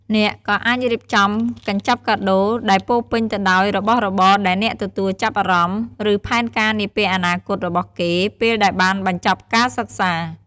អ្នកក៏អាចរៀបចំកញ្ចប់កាដូ ដែលពោរពេញទៅដោយរបស់របរដែលអ្នកទទួលចាប់អារម្មណ៍ ឬ ផែនការនាពេលអនាគតរបស់គេពេលដែលបានបញ្ចប់ការសិក្សា។